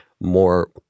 more